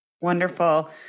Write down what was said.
Wonderful